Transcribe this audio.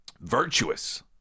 virtuous